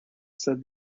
said